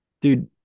Dude